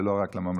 ולא רק לממלכתי.